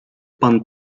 pan